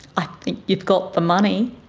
i think you've got the money.